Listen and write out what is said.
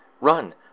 Run